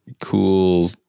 cool